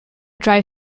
drive